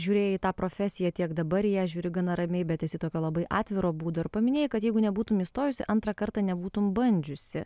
žiūrėjai į tą profesiją tiek dabar į ją žiūri gana ramiai bet esi tokio labai atviro būdo ir paminėjai kad jeigu nebūtum įstojusi antrą kartą nebūtum bandžiusi